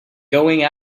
going